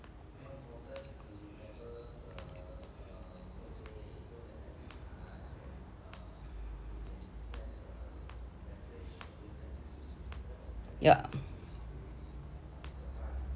yeah